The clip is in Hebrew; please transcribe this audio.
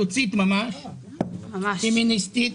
פמיניסטית,